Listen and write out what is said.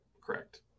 Correct